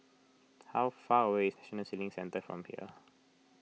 how far away is National Sailing Centre from here